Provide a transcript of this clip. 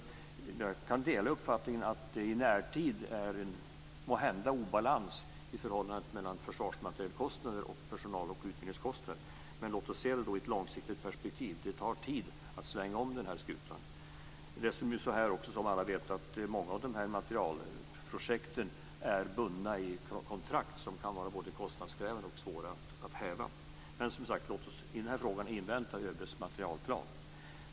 Jag kan dela uppfattningen att det i närtid måhända är en obalans i förhållandet mellan försvarsmaterielkostnader och personal och utbildningskostnader. Men låt oss se det i ett långsiktigt perspektiv. Det tar tid att svänga om skutan. Som alla vet är många av dessa materielprojekt bundna i kontrakt som kan vara både kostnadskrävande och svåra att häva. Låt oss i den här frågan invänta ÖB:s materielplan.